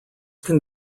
can